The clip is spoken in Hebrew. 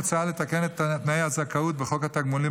מוצע לתקן את תנאי הזכאות בחוק התגמולים